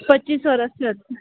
પચીસ વર્ષ છે હજી